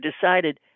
decided